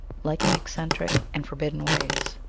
liking ec centric and forbidden ways.